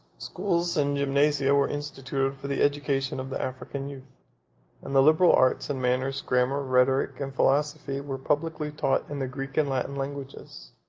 schools and gymnasia were instituted for the education of the african youth and the liberal arts and manners, grammar, rhetoric, and philosophy, were publicly taught in the greek and latin languages.